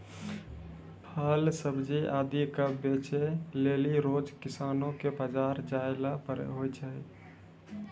फल सब्जी आदि क बेचै लेलि रोज किसानो कॅ बाजार जाय ल होय छै